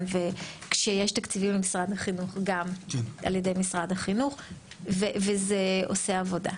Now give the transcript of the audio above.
וכשיש תקציבים ממשרד החינוך גם על-ידי משרד החינוך זה עושה עבודה.